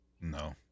No